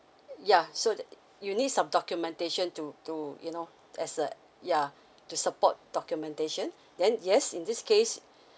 yeah so you need some documentation to to you know as a yeah to support documentation then yes in this case